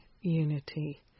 unity